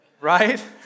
Right